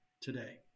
today